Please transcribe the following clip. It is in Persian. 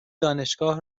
دانشگاه